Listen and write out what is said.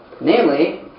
namely